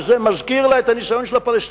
וזה מזכיר לה את הניסיון של הפלסטינים.